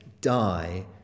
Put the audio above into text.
die